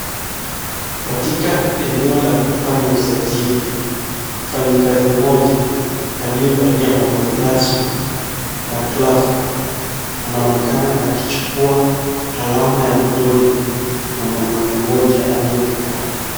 Katika eneo la kufanya usajili, mfanyakazi mmoja aliyevalia mavazi rasmi na glavu anaonekana akichukua alama ya vidole ya mwanamume mmoja aliyefika hapo.